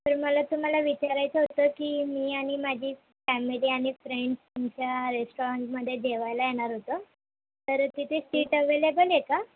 sir मला तुम्हाला विचारायचं होतं की मी आणि माझी फॅमिली आणि फ्रेंड्स तुमच्या रेस्टॉरंटमध्ये जेवायला येणार होतो तर तिथे सीट अवेलेबल आहे का